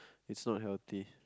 it's not healthy